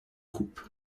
coupe